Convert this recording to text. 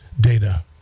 data